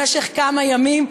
במשך כמה ימים,